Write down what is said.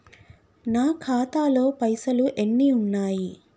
నా ఖాతాలో పైసలు ఎన్ని ఉన్నాయి?